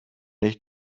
nicht